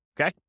Okay